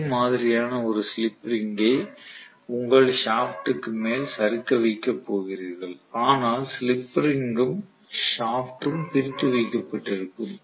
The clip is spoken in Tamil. இதே மாதிரியான ஒரு ஸ்லிப் ரிங்கை உங்கள் ஷாப்ட் க்கு மேல் சறுக்க வைக்கப் போகிறீர்கள் ஆனால் ஸ்லிப் ரிங்கும் ஷாப்ட் ம் பிரித்து வைக்கப்பட்டு இருக்கும்